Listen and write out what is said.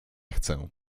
chcę